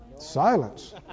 silence